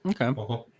Okay